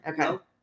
Okay